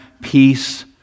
peace